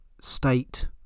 state